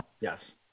Yes